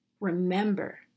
Remember